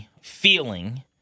feeling